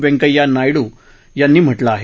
वेंकय्या नायडू यांनी म्हटलं आहे